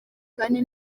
kandi